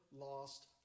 lost